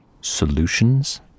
Solutions